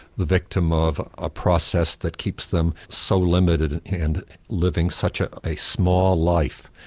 the victim of a process that keeps them so limited and living such ah a small life.